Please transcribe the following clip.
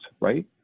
right